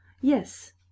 yes